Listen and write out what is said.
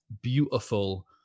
Beautiful